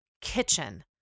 kitchen